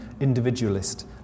individualist